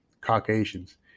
Caucasians